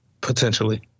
Potentially